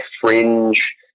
fringe